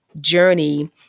journey